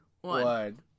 one